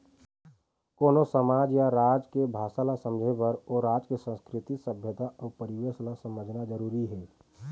कोनो समाज या राज के भासा ल समझे बर ओ राज के संस्कृति, सभ्यता अउ परिवेस ल समझना जरुरी हे